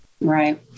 right